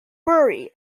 bury